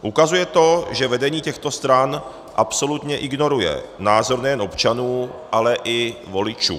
Ukazuje to, že vedení těchto stran absolutně ignoruje názor nejen občanů, ale i voličů.